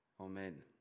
Amen